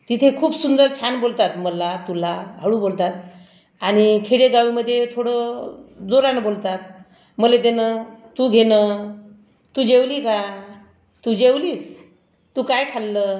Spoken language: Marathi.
तिथे खूप सुंदर छान बोलतात मला तुला हळू बोलतात आणि खेडेगावामध्ये थोडं जोरानं बोलतात मले देणं तू घेणं तू जेवली का तू जेवलीस तू काय खाल्लं